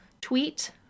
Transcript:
tweet